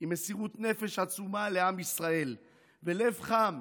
עם מסירות נפש עצומה לעם ישראל ולב חם